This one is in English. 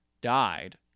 died